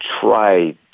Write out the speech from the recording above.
try